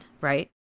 right